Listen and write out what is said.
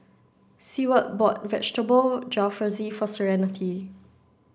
Seward bought Vegetable Jalfrezi for Serenity